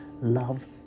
love